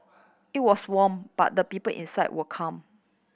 it was warm but the people inside were calm